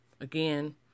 again